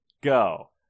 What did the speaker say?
go